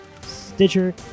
Stitcher